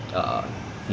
pa yo